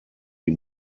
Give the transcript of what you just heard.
die